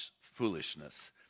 foolishness